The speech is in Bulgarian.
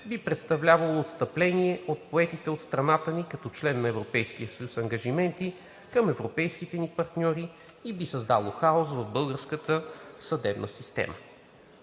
би представлявало отстъпление от поетите от страната ни като член на Европейския съюз ангажименти към европейските ни партньори и би създало хаос в българската съдебна система.